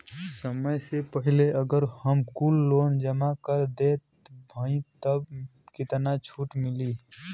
समय से पहिले अगर हम कुल लोन जमा कर देत हई तब कितना छूट मिली?